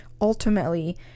ultimately